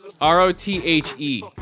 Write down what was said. R-O-T-H-E